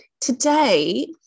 Today